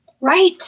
Right